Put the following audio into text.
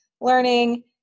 learning